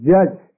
Judge